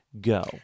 Go